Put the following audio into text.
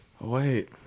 Wait